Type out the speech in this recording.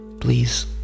please